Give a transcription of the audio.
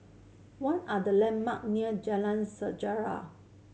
what are the landmark near Jalan Sejarah